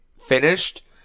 finished